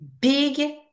big